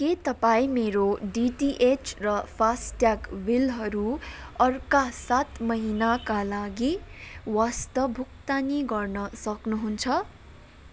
के तपाईँ मेरो डिटिएच र फासट्याग बिलहरू अर्का सात महिनाका लागि वास्त भुक्तानी गर्न सक्नुहुन्छ